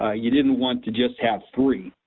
ah you didn't want to just have three,